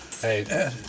Hey